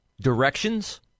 Directions